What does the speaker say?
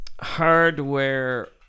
hardware